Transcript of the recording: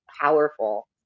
powerful